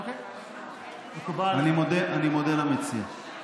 אני מודה למציע.